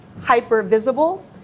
hyper-visible